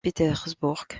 pétersbourg